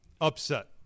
upset